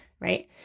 right